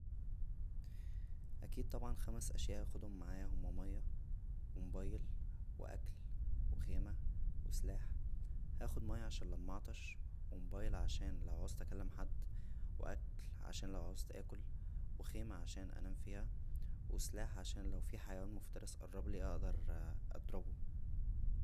اكيد طبعا خمس اشياء هاخدهم معايا هما مياه و موبايل و اكل و خيمه وسلاح هاخد مياه عشان لما اعطش و موبايل عشان لو عوزت اكلم حد و اكل عشان لو عوزت اكل و خيمه عشان انام فيها و سلاح عشان لو فيه حيوان مفترس قربلى اقدر اضربه